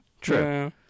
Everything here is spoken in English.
True